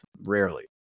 rarely